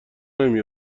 نمی